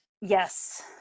Yes